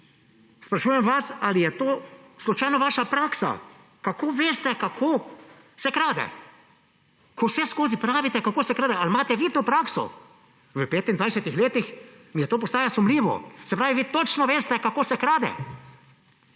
Sprašujem vas, ali je to slučajno vaša praksa. Kako veste, kako se krade, ko vseskozi pravite, kako se krade? A imate vi to prakso? V 25-ih letih mi to postaja sumljivo. Se pravi, vi točno veste, kako se krade!